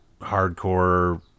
hardcore